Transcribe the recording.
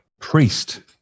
priest